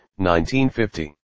1950